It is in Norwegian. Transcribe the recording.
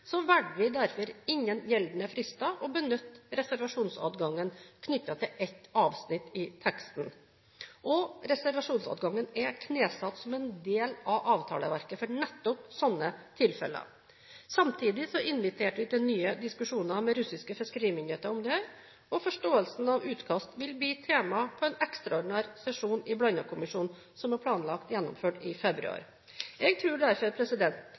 vi derfor innen gjeldende frister å benytte reservasjonsadgangen knyttet til ett avsnitt i teksten. Reservasjonsadgangen er knesatt som en del av avtaleverket for nettopp slike tilfeller. Samtidig inviterte vi til nye diskusjoner med russiske fiskerimyndigheter om dette, og forståelsen av utkast vil bli tema på en ekstraordinær sesjon i Blandakommisjonen, som er planlagt gjennomført i februar. Jeg tror derfor